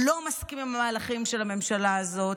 לא מסכים עם המהלכים של הממשלה הזאת,